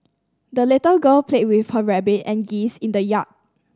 the little girl played with her rabbit and geese in the yard